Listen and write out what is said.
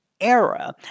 era